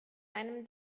einem